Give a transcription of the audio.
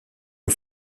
aux